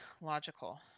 logical